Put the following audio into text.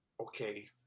okay